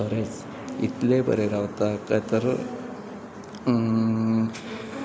खरेंच इतलें बरें रावता काय तर